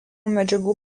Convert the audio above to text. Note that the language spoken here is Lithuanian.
medžiagų